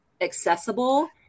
accessible